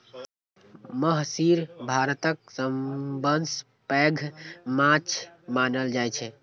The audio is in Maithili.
महसीर भारतक सबसं पैघ माछ मानल जाइ छै